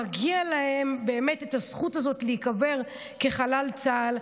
ומגיעה להם הזכות הזאת להיקבר כחלל צה"ל.